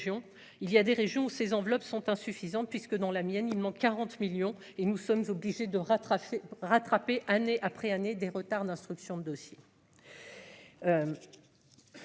il y a des régions, ces enveloppes sont insuffisantes, puisque dans la mienne, il manque 40 millions et nous sommes obligés de rattraper rattraper, année après année, des retards d'instruction de dossiers,